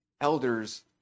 Elders